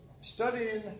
studying